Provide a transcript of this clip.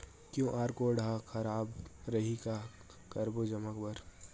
QR code हा खराब रही का करबो जमा बर?